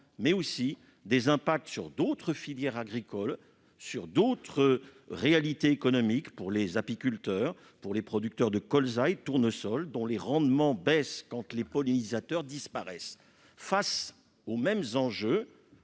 en aurait aussi sur d'autres filières agricoles et sur d'autres réalités économiques comme les apiculteurs et les producteurs de colza ou de tournesol, dont les rendements baissent quand les pollinisateurs disparaissent. Face aux mêmes enjeux,